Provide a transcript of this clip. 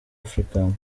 african